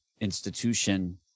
institution